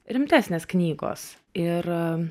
rimtesnės knygos ir